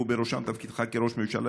ובראשם תפקידך כראש ממשלה,